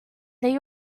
they